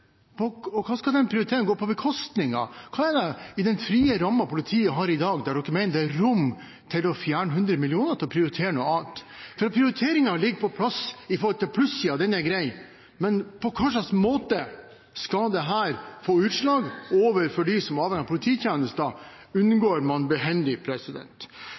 i den frie rammen som politiet har i dag, er det rom for å fjerne 100 mill. kr og prioritere noe annet? For prioriteringen ligger på plass når det gjelder plussiden – den er grei – men på hvilken måte dette skal få utslag for dem som er avhengige av polititjenester, unngår man behendig.